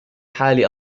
حال